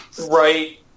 Right